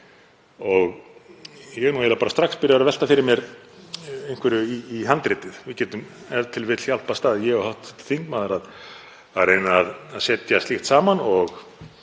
og ég er eiginlega bara strax byrjaður að velta fyrir mér einhverju í handritið. Við getum e.t.v. hjálpast að, ég og hv. þingmaður, að reyna að setja slíkt saman og